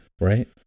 right